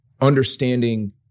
understanding